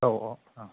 औ औ औ